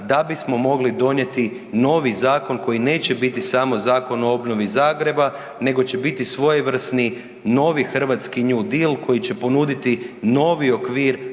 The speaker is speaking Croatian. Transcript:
da bismo mogli donijeti novi zakon koji neće biti samo Zakon o obnovi Zagreba nego će biti svojevrsni novi hrvatski new deal koji će ponuditi novi okvir